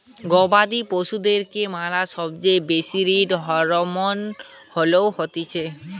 গবাদি পশুদেরকে ম্যালা সময় ষ্টিরৈড হরমোন লওয়া হতিছে